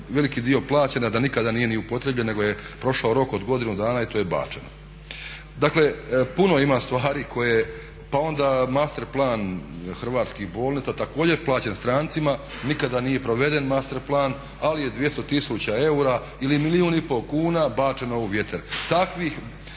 veliki dio plaćen a da nikada nije ni upotrijebljen nego je prošao rok od godinu dana i to je bačeno. Dakle, puno ima stvari, pa onda master plan hrvatskih bolnica također plaćen strancima nikada nije proveden master plan ali je 200 tisuća eura ili milijun i pol kuna bačeno u vjetar.